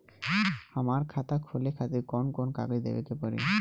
हमार खाता खोले खातिर कौन कौन कागज देवे के पड़ी?